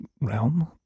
realm